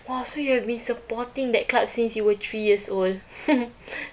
!wah! so you have been supporting that club since you were three years old